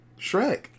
Shrek